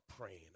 praying